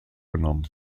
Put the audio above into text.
genommen